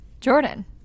Jordan